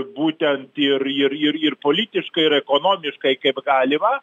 būtent ir ir ir politiškai ir ekonomiškai kaip galima